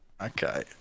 Okay